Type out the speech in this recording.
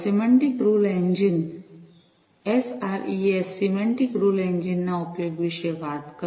semantic rule engine એસઆરઇસ semantic rule engine ના ઉપયોગ વિશે વાત કરી